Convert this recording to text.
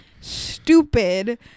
stupid